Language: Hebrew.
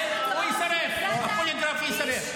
הפוליגרף יישרף.